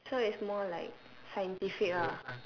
so it's more like scientific ah